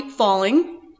Falling